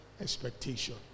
expectation